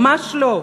ממש לא,